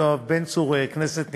צור, כנסת נכבדה,